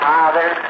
Father